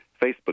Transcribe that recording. Facebook